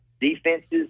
defenses